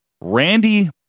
Randy